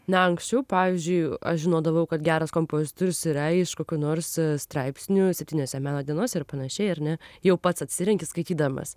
na anksčiau pavyzdžiui aš žinodavau kad geras kompozitorius yra iš kokių nors straipsnių septyniose meno dienose ir panašiai ar ne jau pats atsirenki skaitydamas